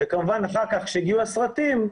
כמובן אחר כך הגיעו הסרטים.